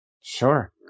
Sure